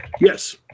yes